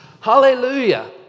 Hallelujah